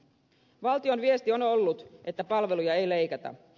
valtion viesti on ollut että palveluja ei leikata